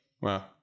Wow